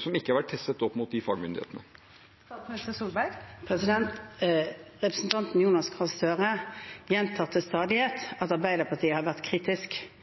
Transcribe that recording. som ikke har vært testet opp mot fagmyndighetene. Representanten Jonas Gahr Støre gjentar til stadighet at Arbeiderpartiet har vært kritisk,